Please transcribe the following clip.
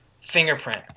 fingerprint